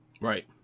Right